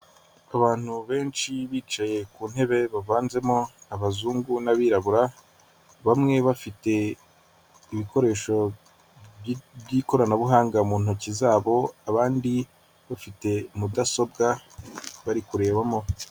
Abantu benshi bicaye ku ntebe, bavanzemo abazungu n'abirabura, bamwe bafite ibikoresho by'ikoranabuhanga mu ntoki zabo, abandi bafite mudasobwa, bari kurebamo.